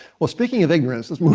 well, speaking of ignorance